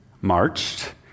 marched